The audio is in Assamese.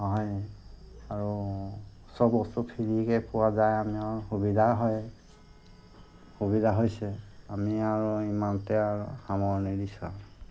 হয় আৰু সব বস্তু ফ্ৰীকে পোৱা যায় আমাৰ সুবিধা হয় সুবিধা হৈছে আমি আৰু ইমানতে আৰু সামৰণী দিছোঁ